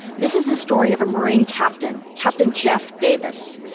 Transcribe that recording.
this is the story of a marine captain, captain jeff davis.